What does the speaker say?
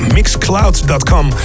Mixcloud.com